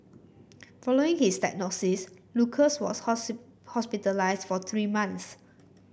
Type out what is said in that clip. following his diagnosis Lucas was hospitalised for three months